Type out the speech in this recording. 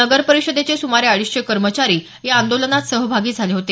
नगरपरिषदेचे सुमारे अडीचशे कर्मचारी या आंदोलनात सहभागी झाले होते